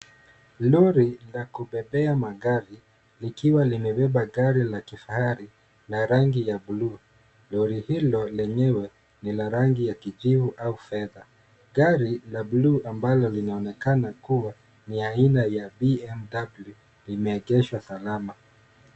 Lori la kubebea magari likiwa limebeba gari la kifahari la rangi ya buluu. Lori hilo lenyewe lina rangi ya kijivu au fedha. Gari la buluu ambalo linaonekana kuwa ni la aina ya BMW limeegeshwa salama.